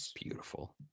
beautiful